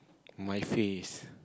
my face